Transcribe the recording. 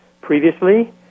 previously